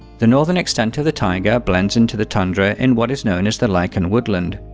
the northern extent of the taiga blends into the tundra in what is known as the lichen woodland,